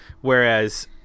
whereas